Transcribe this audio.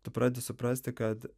tu pradedi suprasti kad